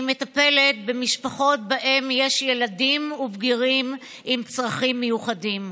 אני מטפלת במשפחות שבהן יש ילדים ובגירים עם צרכים מיוחדים.